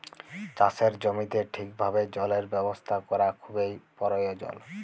চাষের জমিতে ঠিকভাবে জলের ব্যবস্থা ক্যরা খুবই পরয়োজল